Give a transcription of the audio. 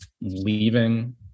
leaving